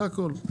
זה הכל.